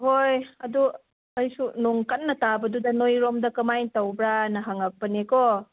ꯍꯣꯏ ꯑꯗꯨ ꯑꯩꯁꯨ ꯅꯣꯡ ꯀꯟꯅ ꯇꯥꯕꯗꯨꯗ ꯅꯣꯏꯔꯣꯝꯗ ꯀꯃꯥꯏ ꯇꯧꯕ꯭ꯔ ꯍꯥꯏꯅ ꯍꯪꯂꯛꯄꯅꯤꯀꯣ